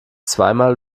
zweimal